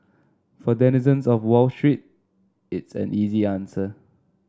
for denizens of Wall Street it's an easy answer